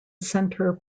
centre